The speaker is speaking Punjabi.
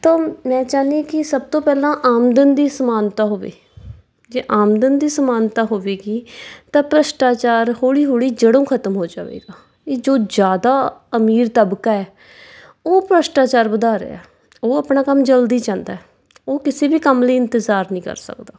ਤਾਂ ਮੈਂ ਚਾਹੁੰਦੀ ਹਾਂ ਕਿ ਸਭ ਤੋਂ ਪਹਿਲਾਂ ਆਮਦਨ ਦੀ ਸਮਾਨਤਾ ਹੋਵੇ ਜੇ ਆਮਦਨ ਦੀ ਸਮਾਨਤਾ ਹੋਵੇਗੀ ਤਾਂ ਭ੍ਰਿਸ਼ਟਾਚਾਰ ਹੌਲੀ ਹੌਲੀ ਜੜ੍ਹੋਂ ਖਤਮ ਹੋ ਜਾਵੇਗਾ ਇਹ ਜੋ ਜ਼ਿਆਦਾ ਅਮੀਰ ਤਬਕਾ ਉਹ ਭ੍ਰਿਸ਼ਟਾਚਾਰ ਵਧਾ ਰਿਹਾ ਉਹ ਆਪਣਾ ਕੰਮ ਜਲਦੀ ਚਾਹੁੰਦਾ ਉਹ ਕਿਸੇ ਵੀ ਕੰਮ ਲਈ ਇੰਤਜ਼ਾਰ ਨਹੀਂ ਕਰ ਸਕਦਾ